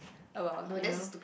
about you know